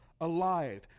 alive